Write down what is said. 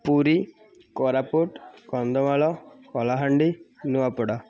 Puri Koraput Kandhamal Kalahandi Nuapada